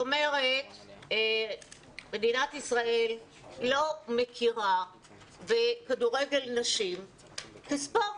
מדינת ישראל פשוט לא מכירה בכדורגל נשים כספורט.